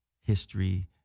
history